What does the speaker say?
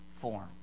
form